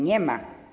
Nie ma.